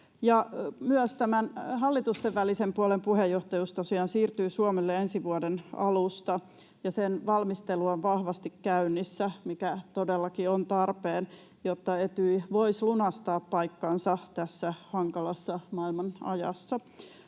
tämän hallitustenvälisen puolen puheenjohtajuus tosiaan siirtyy Suomelle ensi vuoden alusta, ja sen valmistelu on vahvasti käynnissä, mikä todellakin on tarpeen, jotta Etyj voisi lunastaa paikkansa tässä hankalassa maailmanajassa.